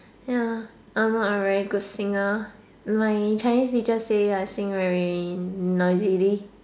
ya I'm not a very good singer my Chinese teacher say I sing very noisily